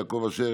יעקב אשר,